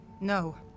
No